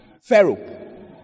Pharaoh